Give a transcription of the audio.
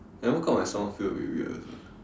I woke up my stomach feel a bit weird also